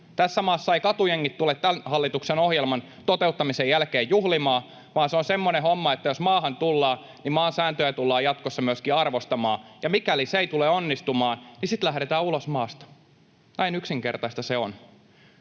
Tässä maassa eivät katujengit tule tämän hallituksen ohjelman toteuttamisen jälkeen juhlimaan, vaan se on semmoinen homma, että jos maahan tullaan, maan sääntöjä tullaan jatkossa myöskin arvostamaan. Ja mikäli se ei tule onnistumaan, sitten lähdetään ulos maasta. Näin yksinkertaista se on.